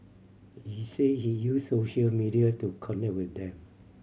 he said he uses social media to connect with them